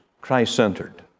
Christ-centered